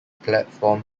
platform